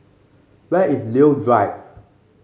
where is Leo Drive